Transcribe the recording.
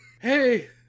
Hey